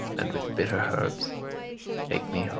and with bitter herbs make me